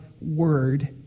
word